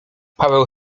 paweł